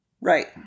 Right